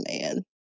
man